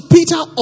Peter